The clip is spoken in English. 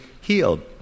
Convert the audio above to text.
healed